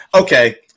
okay